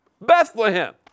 Bethlehem